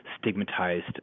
stigmatized